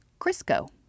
Crisco